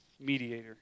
mediator